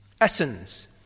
essence